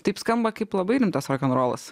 taip skamba kaip labai rimtas rokenrolas